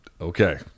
Okay